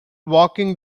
walking